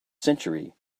century